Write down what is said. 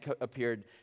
appeared